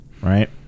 right